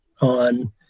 on